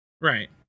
Right